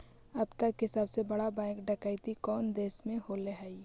अब तक के सबसे बड़ा बैंक डकैती कउन देश में होले हइ?